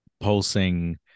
pulsing